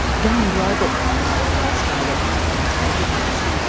going global on radio australia and as podcast.